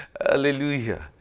Hallelujah